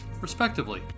respectively